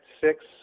six